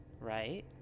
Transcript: Right